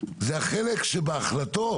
זה החלק שבהחלטות.